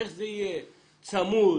איך זה יהיה, צמוד,